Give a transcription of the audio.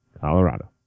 Colorado